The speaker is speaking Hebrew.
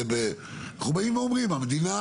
אנחנו באים ואומרים, המדינה,